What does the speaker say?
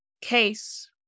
case